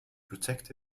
protect